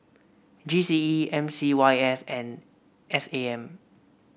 G C E M C Y S and S A M